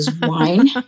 wine